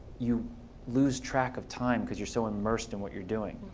you lose track of time because you're so immersed in what you're doing.